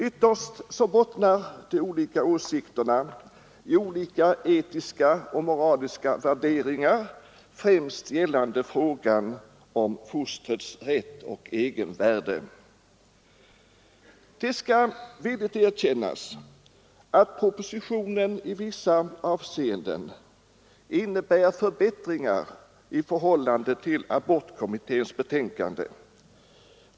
Ytterst bottnar de olika åsikterna i olika etiska och moraliska värderingar, främst gällande frågan om fostrets rätt och egenvärde. Det skall villigt erkännas att propositionen i vissa avseenden innebär förbättringar i förhållande till abortkommitténs betänkande.